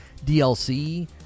dlc